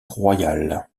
royale